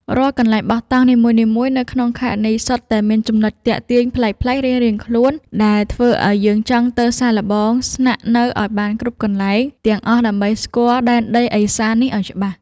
រាល់កន្លែងបោះតង់នីមួយៗនៅក្នុងខេត្តនេះសុទ្ធតែមានចំណុចទាក់ទាញប្លែកៗរៀងៗខ្លួនដែលធ្វើឱ្យយើងចង់ទៅសាកល្បងស្នាក់នៅឱ្យបានគ្រប់កន្លែងទាំងអស់ដើម្បីស្គាល់ដែនដីឦសាននេះឱ្យច្បាស់។